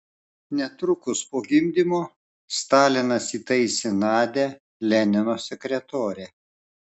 netrukus po gimdymo stalinas įtaisė nadią lenino sekretore